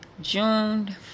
June